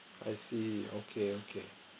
I see okay okay